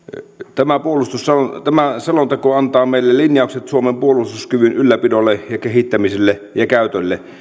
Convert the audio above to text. tämä selonteko antaa meille linjaukset suomen puolustuskyvyn ylläpidolle ja kehittämiselle ja käytölle